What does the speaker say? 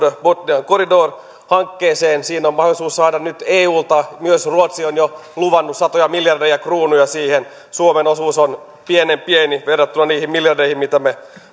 bothnian corridor hankkeeseen siinä on mahdollisuus saada nyt rahaa eulta myös ruotsi on jo luvannut satoja miljardeja kruunuja siihen suomen osuus on pienen pieni verrattuna niihin miljardeihin mitä me